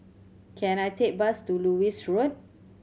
can I take a bus to Lewis Road